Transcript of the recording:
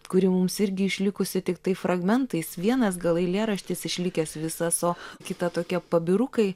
kuri mums irgi išlikusi tiktai fragmentais vienas gal eilėraštis išlikęs visas o kita tokie pabirukai